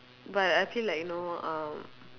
but I feel like you know uh